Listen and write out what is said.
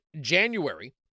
January